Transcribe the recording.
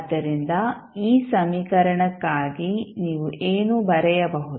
ಆದ್ದರಿಂದ ಈ ಸಮೀಕರಣಕ್ಕಾಗಿ ನೀವು ಏನು ಬರೆಯಬಹುದು